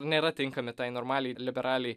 nėra tinkami tai normaliai liberaliai